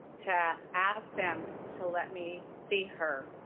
to ask them to let me see her?